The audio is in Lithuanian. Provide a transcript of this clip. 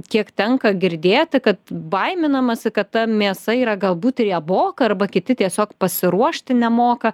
kiek tenka girdėti kad baiminamasi kad ta mėsa yra galbūt rieboka arba kiti tiesiog pasiruošti nemoka